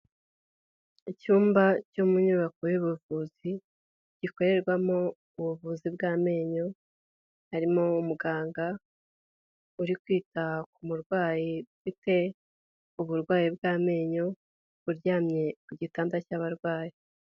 Icyumba cyo mu nyubako y'ubuvuzi gikorerwamo ubuvuzi bw'amenyo, harimo umuganga uri kwita ku murwayi ufite uburwayi bw'amenyo, uryamye ku gitanda cy'abarwayi.